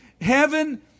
heaven